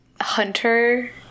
Hunter